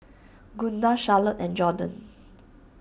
Gunda Charlottie and Jorden